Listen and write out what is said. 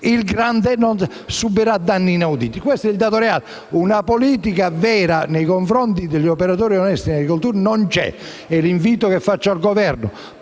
il grande subirà danni inauditi, questo è il dato reale. Una politica vera nei confronti degli operatori onesti in agricoltura non c'è ed è questo l'invito che faccio al Governo.